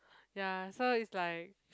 ya so it's like